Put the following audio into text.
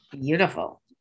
beautiful